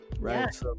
right